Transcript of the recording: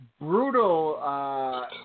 Brutal